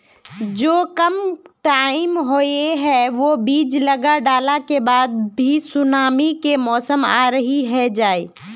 जो कम टाइम होये है वो बीज लगा डाला के बाद भी सुनामी के मौसम आ ही जाय है?